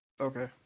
Okay